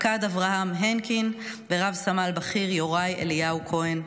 פקד אברהם הנקין ורב-סמל בכיר יוראי אליהו כהן,